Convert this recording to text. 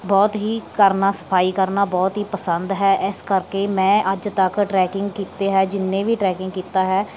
ਬਹੁਤ ਹੀ ਕਰਨਾ ਸਫਾਈ ਕਰਨਾ ਬਹੁਤ ਹੀ ਪਸੰਦ ਹੈ ਇਸ ਕਰਕੇ ਮੈਂ ਅੱਜ ਤੱਕ ਟਰੈਕਿੰਗ ਕੀਤੇ ਹੈ ਜਿੰਨੇ ਵੀ ਟਰੈਕਿੰਗ ਕੀਤਾ ਹੈ